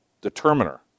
determiner